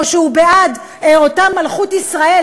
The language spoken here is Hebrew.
או שהוא בעד אותה מלכות ישראל,